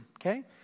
okay